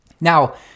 Now